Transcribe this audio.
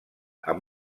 amb